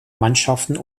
mannschaften